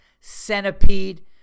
Centipede